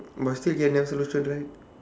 must still get solution right